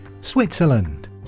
Switzerland